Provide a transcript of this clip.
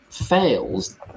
fails